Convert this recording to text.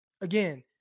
again